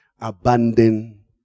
Abandon